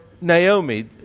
Naomi